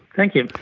thank you.